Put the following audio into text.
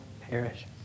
perish